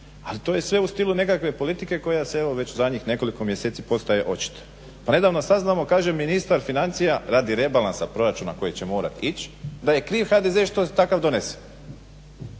Ali to je sve u stilu nekakve politike koja evo već zadnjih nekoliko mjeseci postaje očita. Pa nedavno saznamo, kaže ministar financija, radi rebalansa proračuna koji će morati ići da je kriv HDZ što je takav donesen.